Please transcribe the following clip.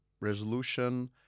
resolution